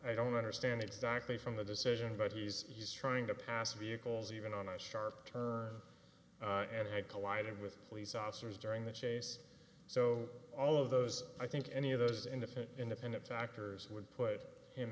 i don't understand exactly from the decision about he's he's trying to pass vehicles even on a sharp turn and had collided with police officers during the chase so all of those i think any of those indifferent independent factors would put him